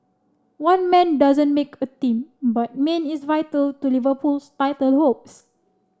one man doesn't make a team but Mane is vital to Liverpool's title hopes